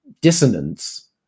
dissonance